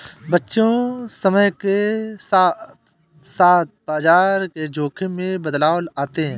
बच्चों समय के साथ साथ बाजार के जोख़िम में बदलाव आते हैं